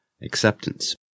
Acceptance